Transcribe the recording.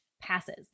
passes